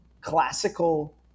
classical